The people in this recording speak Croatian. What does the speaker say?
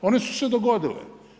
One su se dogodile.